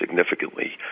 significantly